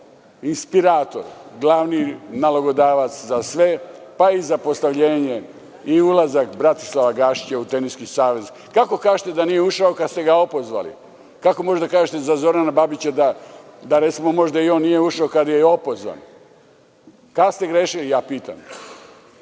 inspirator, glavni nalogodavac za sve, pa i za postavljenje i ulazak Bratislava Gašića u Teniski savez. Kako kažete da nije ušao kad ste ga opozvali. Kako možete da kažete za Zorana Babića da recimo, možda i on nije ušao kada je opozvan. Kad ste ga razrešili, ja pitam?A